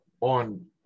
on